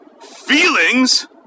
Feelings